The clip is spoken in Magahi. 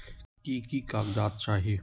की की कागज़ात चाही?